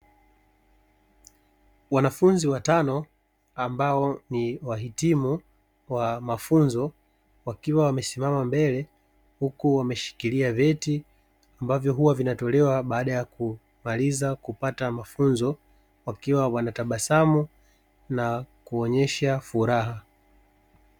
Wanafunzi watano ambao ni wahitimu wa mafunzo wakiwa wamesimama mbele huku wameshikilia vyeti, ambavyo huwa vinatolewa baada ya kumaliza kupata mafunzo. Wakiwa wanatabasamu na kuonyesha furaha.